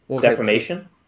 Defamation